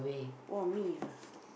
oh me ah